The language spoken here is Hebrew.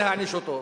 להעניש אותו.